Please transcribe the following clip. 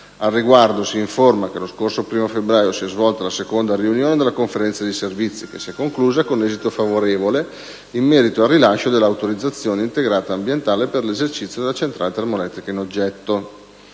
Al riguardo, si informa che lo scorso 1° febbraio si è svolta la seconda riunione della conferenza di servizi, che si è conclusa con esito favorevole, in merito al rilascio dell'autorizzazione integrata ambientale per l'esercizio della centrale termoelettrica in oggetto.